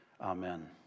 Amen